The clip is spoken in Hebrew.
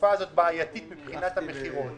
שהתקופה הזאת בעייתית מבחינת המכירות